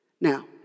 Now